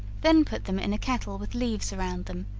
then put them in a kettle with leaves around them,